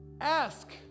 ask